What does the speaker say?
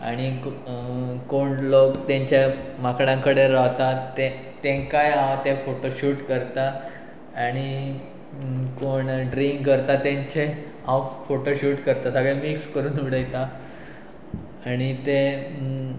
आनी कोण लोक तेंच्या माकडां कडेन रावता ते तेंकांय हांव ते फोटोशूट करता आनी कोण ड्रिक करता तेंचे हांव फोटोशूट करता सगळें मिक्स करून उडयता आनी ते